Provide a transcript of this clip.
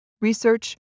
research